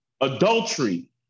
Adultery